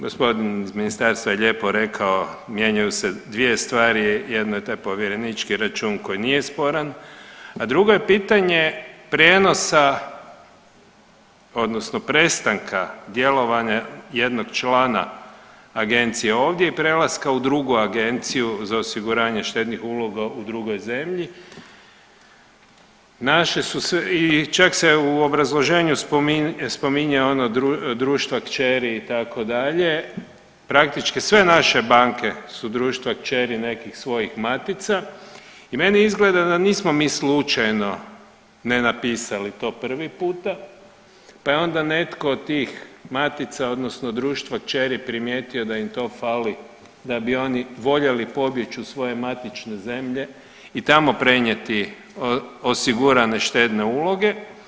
Gospodin iz ministarstva je lijepo rekao mijenjaju se dvije stvari, jedna je taj povjerenički račun koji nije sporan, a drugo je pitanje prijenosa odnosno prestanka djelovanja jednog člana agencije i prelaska u drugu agenciju za osiguranje štednih uloga u drugoj zemlji i čak se u obrazloženju spominju ono društva kćeri itd., praktički sve naše banke su društva kćeri nekih svojih matica i meni izgleda da nismo mi slučajno ne napisali to prvi puta, pa je onda netko od tih matica odnosno društva kćeri primijetio da im to fali da bi oni voljeli pobjeć u svoje matične zemlje i tamo prenijeti osigurane štedne uloge.